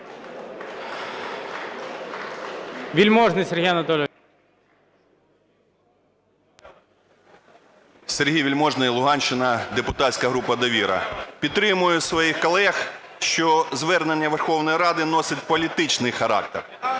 Сергій Вельможний, Луганщина, депутатська група "Довіра". Підтримую своїх колег, що звернення Верховної Ради носить політичний характер,